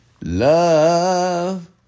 Love